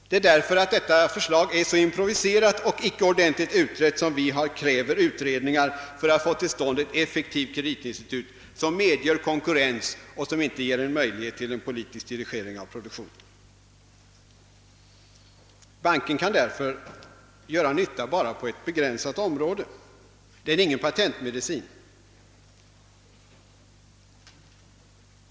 Det är därför detta förslag blivit improviserat och icke så ordentligt utrett som det krävs för att få till stånd ett effektivt kreditinstitut, som medger konkurrens och inte ger möjlighet till politisk dirigering av produktionen. Banken kan göra nytta enbart på ett begränsat område och utgör alltså ingen patentmedicin.